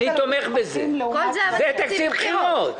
אני תומך בזה כי זה תקציב בחירות.